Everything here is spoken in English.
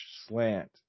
slant